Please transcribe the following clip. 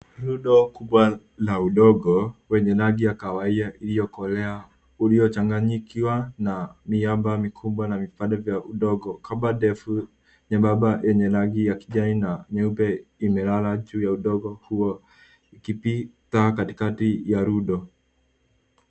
Rundo kubwa la udongo, kwenye rangi ya kahawia iliyokolea uliyochanganyikiwa na miamba mikubwa na vipande vya udongo. Kamba ndefu nyembamba yenye rangi ya kijani na nyeupe imelala juu ya udongo huo ikipita katikati ya rundo.